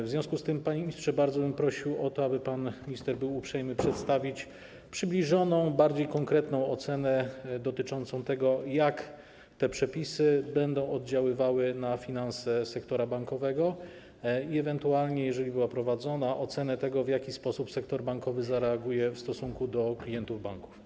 W związku z tym, panie ministrze, bardzo bym prosił o to, aby pan minister był uprzejmy przedstawić przybliżoną, bardziej konkretną ocenę dotyczącą tego, jak te przepisy będą oddziaływały na finanse sektora bankowego, a także o ocenę tego, jeżeli była dokonywana, w jaki sposób sektor bankowy zareaguje w stosunku do klientów banków.